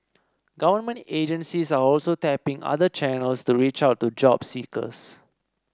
government agencies are also tapping other channels to reach out to job seekers